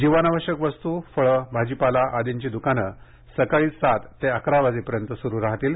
जीवनावश्यक वस्तू फळे भाजीपाला आदीची दुकानं सकाळी सात ते अकरा वाजेपर्यंत सुरु राहतील